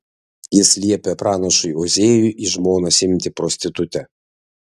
jis liepia pranašui ozėjui į žmonas imti prostitutę